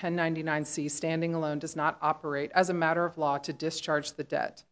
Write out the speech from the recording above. ten ninety nine c standing alone does not operate as a matter of law to discharge the debt